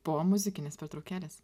po muzikinės pertraukėlės